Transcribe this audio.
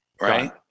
right